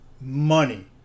Money